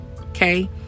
Okay